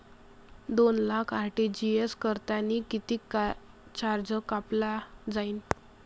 दोन लाख आर.टी.जी.एस करतांनी कितीक चार्ज कापला जाईन?